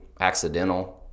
accidental –